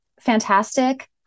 fantastic